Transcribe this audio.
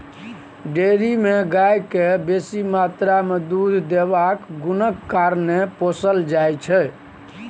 dairy मे गाय केँ बेसी मात्रा मे दुध देबाक गुणक कारणेँ पोसल जाइ छै